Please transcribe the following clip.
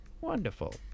Wonderful